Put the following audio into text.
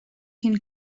can